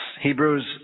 hebrews